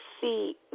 see